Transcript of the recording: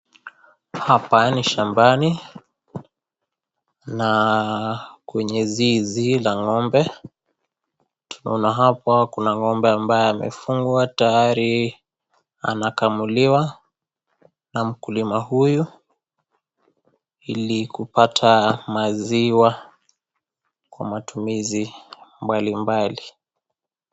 Hapa ni shambani , na kwenye zizi la ng'ombe , tunaona hapa kuna ng'ombe ambaye amefungwa tayari anakamuliwa , na mkulima huyu, ili kupata maziwa kwa matumizi mbalimbali.